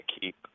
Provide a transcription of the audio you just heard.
keep